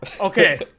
Okay